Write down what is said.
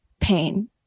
pain